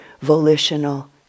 volitional